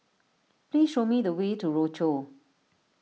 please show me the way to Rochor